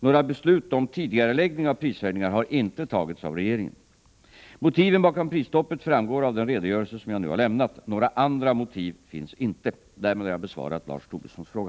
Några beslut om tidigareläggning av prishöjningar har inte tagits av regeringen. Motiven bakom prisstoppet framgår av den redogörelse som jag nu har lämnat. Några andra motiv finns inte. Därmed har jag besvarat Lars Tobissons fråga.